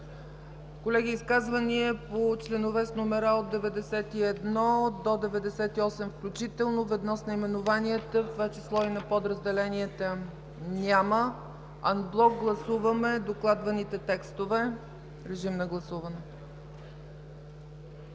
Колеги, изказвания по членове с номера от 91 до 98 включително, ведно с наименованията, в това число и на подразделенията? Няма. Анблок гласуваме докладваните текстове. Гласували